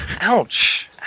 Ouch